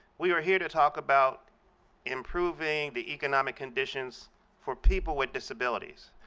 we are here to talk about improving the economic conditions for people with disabilities.